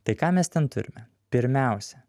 tai ką mes ten turime pirmiausia